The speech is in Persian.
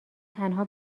تنها